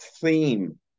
theme